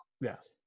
Yes